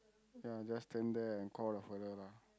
ya just stand there and call the fella lah